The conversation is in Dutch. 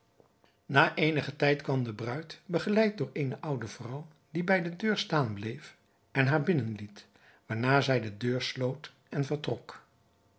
na eenigen tijd kwam de bruid begeleid door eene oude vrouw die bij de deur staan bleef en haar binnen liet waarna zij de deur sloot en vertrok